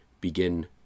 begin